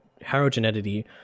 heterogeneity